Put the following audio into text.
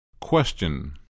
Question